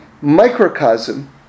microcosm